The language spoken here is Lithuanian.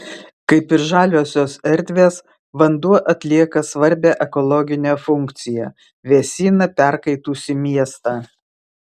kaip ir žaliosios erdvės vanduo atlieka svarbią ekologinę funkciją vėsina perkaitusį miestą